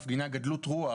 מפגינה גדלות רוח